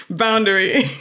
Boundary